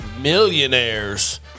millionaires